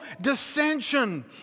dissension